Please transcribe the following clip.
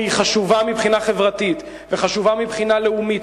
שהיא חשובה מבחינה חברתית וחשובה מבחינה לאומית,